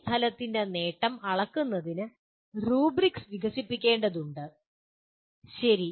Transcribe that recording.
ഈ ഫലത്തിന്റെ നേട്ടം അളക്കുന്നതിന് റൂബ്രിക്സ് വികസിപ്പിക്കേണ്ടതുണ്ട് ശരി